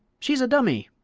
she's a dummy!